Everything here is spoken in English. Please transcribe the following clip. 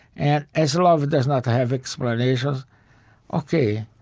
and as love does not have explanations ok,